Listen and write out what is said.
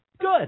Good